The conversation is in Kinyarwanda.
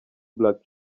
black